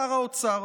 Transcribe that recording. שר האוצר.